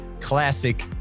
classic